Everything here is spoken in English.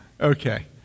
Okay